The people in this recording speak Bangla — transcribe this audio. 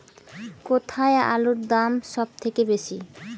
কোথায় আলুর দাম সবথেকে বেশি?